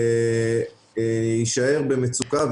יישאר במצוקה,